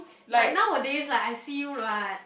like nowadays like I see you run